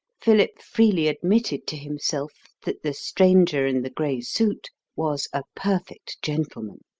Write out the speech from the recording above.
philip freely admitted to himself that the stranger in the grey suit was a perfect gentleman.